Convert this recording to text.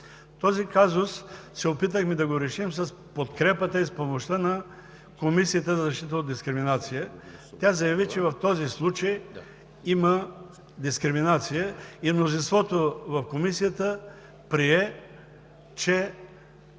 Този казус се опитахме да го решим с подкрепата и с помощта на Комисията за защита от дискриминация. Тя заяви, че в този случай има дискриминация, и мнозинството в Комисията прие, че